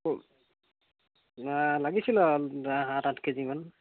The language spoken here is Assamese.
লাগিছিলে সাত আঠ কে জিমান